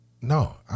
no